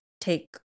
take